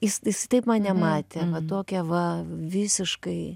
jis jis taip mane matė va tokią va visiškai